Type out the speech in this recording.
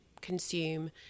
consume